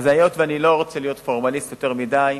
היות שאני לא רוצה להיות פורמליסטי יותר מדי,